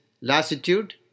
lassitude